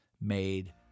made